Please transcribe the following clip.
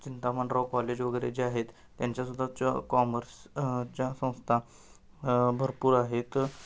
Chintamanrao college वगैरे जे आहेत त्यांच्यासुद्धा च कॉमर्स च्या संस्था भरपूर आहेत